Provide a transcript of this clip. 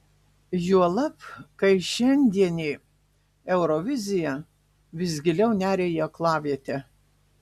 juolab kai šiandienė eurovizija vis giliau neria į aklavietę